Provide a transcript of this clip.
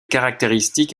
caractéristique